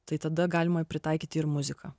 tai tada galima pritaikyti ir muziką